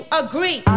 agree